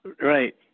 Right